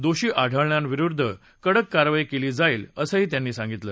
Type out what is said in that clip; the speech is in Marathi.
दोषी आढळणा या विरुद्ध कडक कारवाई कली जाईल असं त्यांनी सांगितलं